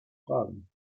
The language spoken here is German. fragen